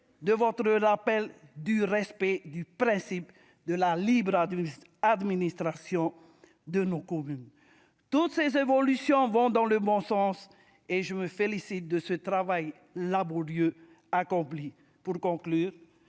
votre rappel du respect du principe de la libre administration de nos communes. Toutes ces évolutions vont dans le bon sens et je me félicite du travail laborieux qui a été accompli. Pour conclure,